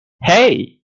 hey